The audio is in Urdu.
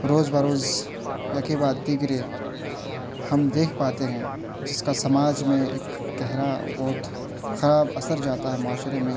روز بروز یکے بعد دیگرے ہم دیکھ پاتے ہیں جس کا سماج میں ایک گہرا بہت خراب اثر جاتا ہے معاشرے میں